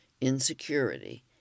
insecurity